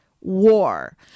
War